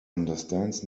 understands